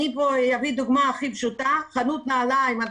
אביא את הדוגמה הכי פשוטה: בחנות נעליים למשל,